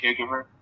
caregiver